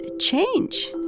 change